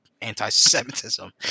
anti-Semitism